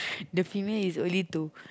the female is only to